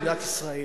במדינת ישראל,